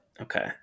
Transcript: Okay